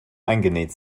eingenäht